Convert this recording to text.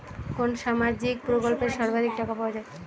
কোন সামাজিক প্রকল্পে সর্বাধিক টাকা পাওয়া য়ায়?